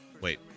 wait